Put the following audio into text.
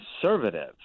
conservative